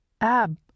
Ab